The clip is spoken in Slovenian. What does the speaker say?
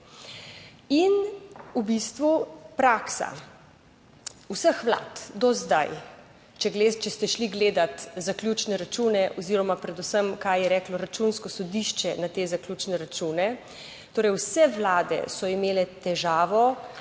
In v bistvu praksa vseh vlad do zdaj, če ste šli gledat zaključne račune oziroma predvsem, kaj je reklo Računsko sodišče na te zaključne račune, torej, vse vlade so imele težavo